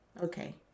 Okay